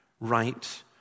right